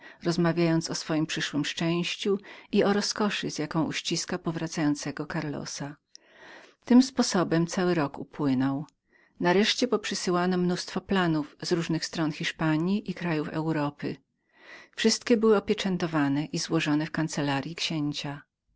rozmawiając o swojem przyszłem szczęściu i o roskoszy z jaką uściska za powrotem karlosa tym sposobem cały rok upłynął nareszcie poprzysyłano massę planów z różnych stron hiszpanji i krajów europy wszystkie były opieczętowane i złożone w kancellaryi księcia